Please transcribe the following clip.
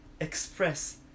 express